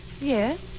Yes